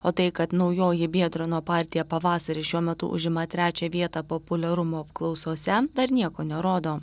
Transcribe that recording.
o tai kad naujoji biedrono partija pavasaris šiuo metu užima trečią vietą populiarumo apklausose dar nieko nerodo